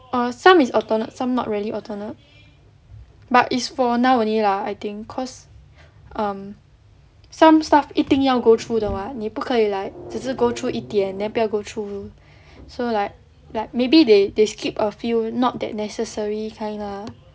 err some is alternate some not really alternate but is for now only lah I think cause um some stuff 一定要 go through 的 [what] 你不可以 like 只是 go through 一点 then 不要 go through so like like maybe they they skipped a few not that necessary kind lah